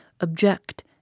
object